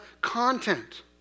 content